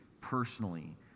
personally